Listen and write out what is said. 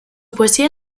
poesía